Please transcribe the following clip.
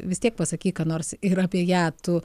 vis tiek pasakyk ką nors ir apie ją tu